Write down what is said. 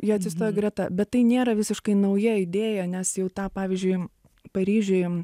jie atsistojo greta bet tai nėra visiškai nauja idėja nes jau tą pavyzdžiui paryžiuj